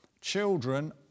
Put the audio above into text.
Children